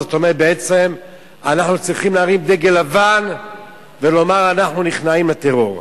בעצם אנחנו צריכים להרים דגל לבן ולומר: אנחנו נכנעים לטרור.